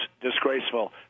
disgraceful